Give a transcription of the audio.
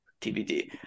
TBD